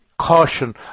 caution